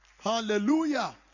Hallelujah